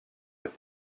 with